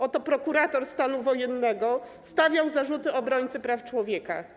Oto prokurator stanu wojennego stawiał zarzuty obrońcy praw człowieka.